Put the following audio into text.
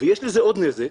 יש לזה עוד נזק